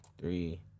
three